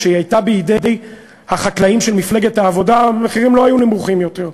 כשהיא הייתה בידי החקלאים של מפלגת העבודה המחירים לא היו נמוכים יותר,